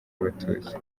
abatutsi